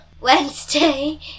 Wednesday